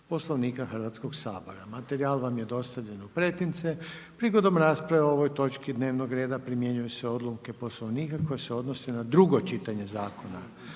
Poslovnika Hrvatskog sabora. Materijal je dostavljen otpremom Sabora. Prigodom rasprave o ovoj točki dnevnog reda, primjenjuju se odredbe Poslovnika koji se odnosi na prvo čitanje zakona.